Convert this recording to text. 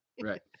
Right